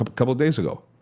ah couple of days ago.